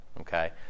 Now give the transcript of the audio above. Okay